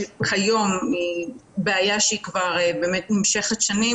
בעיה שנמשכת שנים,